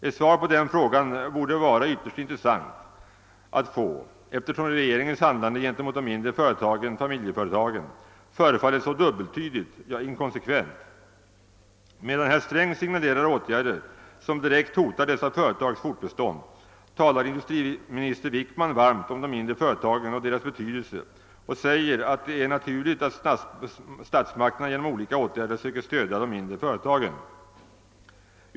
Ett svar på den frågan borde vara intressant, eftersom regeringens handlande gentemot de mindre företagen — familjeföretagen — förefaller så dubbeltydigt, ja inkonsekvent. Medan herr Sträng signalerar åtgärder som direkt hotar dessa företags fortbestånd talar industriminister Wickman varmt om de mindre företagen och deras betydelse och säger att det är »naturligt att statsmakterna genom olika åtgärder söker stödja de mindre företagen«.